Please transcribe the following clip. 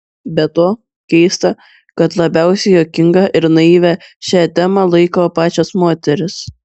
be to keista kad labiausiai juokinga ir naivia šią temą laiko pačios moterys